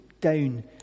down